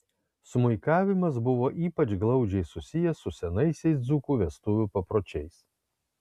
smuikavimas buvo ypač glaudžiai susijęs su senaisiais dzūkų vestuvių papročiais